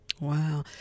Wow